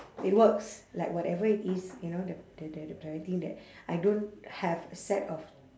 it works like whatever it is you know the the the the parenting that I don't have a set of